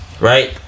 right